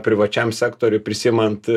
privačiam sektoriui prisiimant